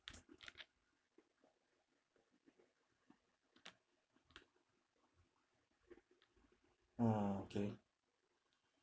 mm okay